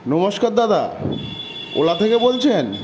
নমস্কার দাদা ওলা থেকে বলছেন